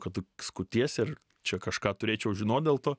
kad tu skutiesi ir čia kažką turėčiau žinot dėl to